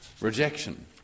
rejection